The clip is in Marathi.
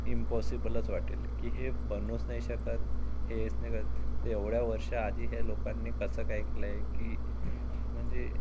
इम्पॉसिबलच वाटेल की हे बनवूच नाही शकत हे तर एवढ्या वर्ष आधी हे लोकांनी कसं काय केलं आहे की म्हणजे